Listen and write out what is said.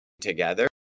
together